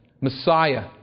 Messiah